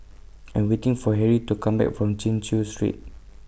I Am waiting For Harrie to Come Back from Chin Chew Street